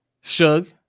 Shug